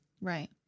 Right